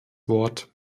wort